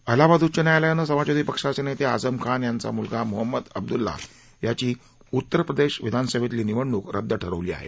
अलाहाबाद उच्च न्यायालयानं समाजवादी पक्षाचे नेते आझम खान यांचा मुलगा मोहम्मद अब्दुल्ला यांची उत्तर प्रदेश विधानसभेतली निवडणूक रद्द ठरवली आहे